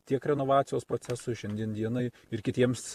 tiek renovacijos procesui šiandien dienai ir kitiems